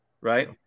right